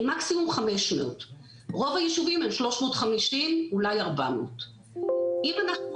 היא מקסימום 500. רוב היישובים הם 350 אולי 400. אם אנחנו